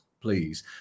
please